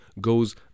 goes